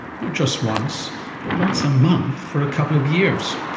not just once but once a month for a couple of years.